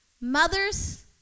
mothers